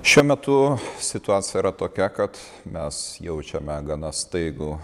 šiuo metu situacija yra tokia kad mes jaučiame gana staigų